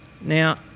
Now